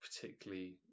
particularly